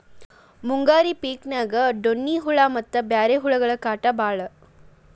ಮುಂಗಾರಿ ಪಿಕಿನ್ಯಾಗ ಡೋಣ್ಣಿ ಹುಳಾ ಮತ್ತ ಬ್ಯಾರೆ ಹುಳಗಳ ಕಾಟ ಬಾಳ